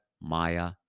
Maya